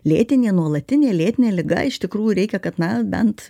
lėtinė nuolatinė lėtinė liga iš tikrųjų reikia kad na bent